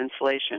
insulation